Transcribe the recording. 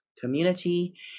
community